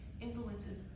influences